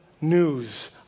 news